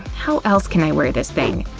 how else can i wear this thing?